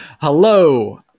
Hello